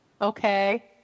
okay